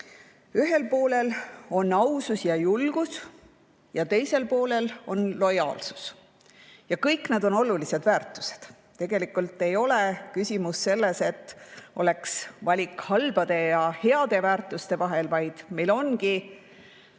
Ühel poolel on ausus ja julgus ning teisel poolel on lojaalsus. Kõik need on olulised väärtused. Tegelikult ei ole küsimus selles, et oleks valik halbade ja heade väärtuste vahel, vaid meil ongi